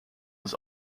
was